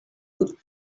could